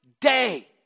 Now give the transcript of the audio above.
day